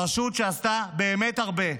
הרשות שעשתה באמת הרבה,